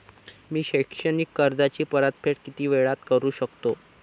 मी शैक्षणिक कर्जाची परतफेड किती वेळात करू शकतो